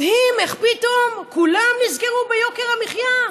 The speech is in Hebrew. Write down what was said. מדהים איך פתאום כולם נזכרו ביוקר המחיה.